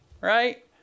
right